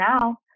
now